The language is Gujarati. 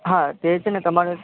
હા એ છે ને તમારે